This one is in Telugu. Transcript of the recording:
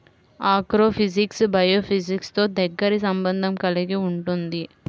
ఆగ్రోఫిజిక్స్ బయోఫిజిక్స్తో దగ్గరి సంబంధం కలిగి ఉంటుంది